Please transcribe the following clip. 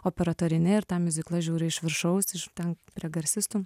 operatorinę ir tą miuziklą žiūriu iš viršaus iš ten prie garsistų